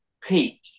peak